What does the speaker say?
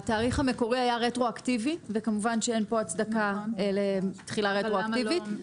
התאריך המקורי היה רטרואקטיבי וכמובן שאין פה הצדקה לתחילה רטרואקטיבית.